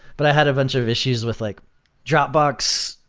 but i had a bunch of issues with like dropbox,